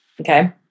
Okay